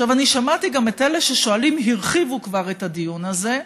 אני שמעתי גם את אלה שהרחיבו כבר את הדיון הזה,